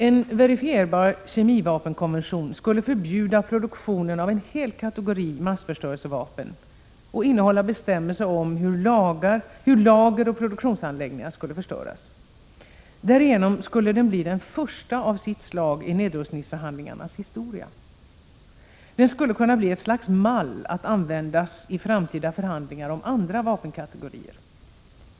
En verifierbar kemivapenkonvention skulle förbjuda produktion av en hel kategori massförstörelsevapen och innehålla bestämmelser om hur lager och produktionsanläggningar skulle förstöras. Därigenom skulle den bli den första av sitt slag i nedrustningsförhandlingarnas historia. Den skulle kunna bli ett slags mall att användas i framtida förhandlingar om andra vapenkategorier.